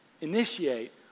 initiate